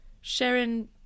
Sharon